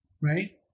right